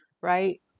right